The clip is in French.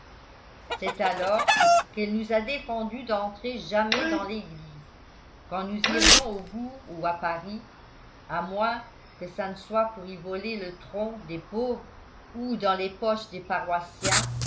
c'est alors qu'elle nous a défendu d'entrer jamais dans l'église quand nous irions au bourg ou à paris à moins que ça ne soit pour y voler le tronc des pauvres ou dans les poches des paroissiens